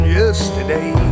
yesterday